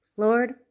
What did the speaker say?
Lord